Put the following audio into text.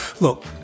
Look